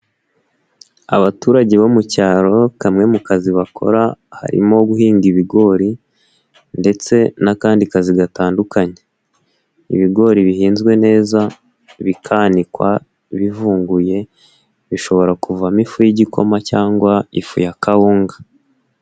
Abaturage bo mu cyaro kamwe mu kazi bakora harimo guhinga ibigori ndetse n'akandi kazi gatandukanye, ibigori bihinzwe neza, bikanikwa, bivunguye bishobora kuvamo ifu y'igikoma cyangwa ifu ya kawunga.